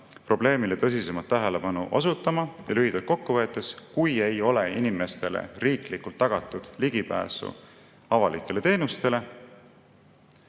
probleemile tõsisemalt tähelepanu osutama. Ja lühidalt kokku võttes, kui ei ole inimestele riiklikult tagatud ligipääsu avalikele teenustele,